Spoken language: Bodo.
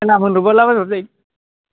लामा लुबोला बायब्लाबो जायो